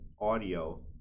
audio